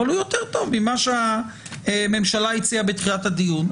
אבל הוא יותר טוב ממה שהממשלה הציעה בתחילת הדיון.